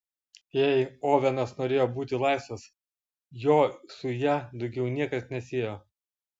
jei ovenas norėjo būti laisvas jo su ja daugiau niekas nesiejo